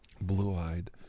blue-eyed